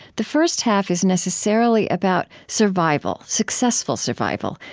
the first half is necessarily about survival, successful survival,